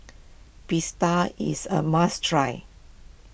is a must try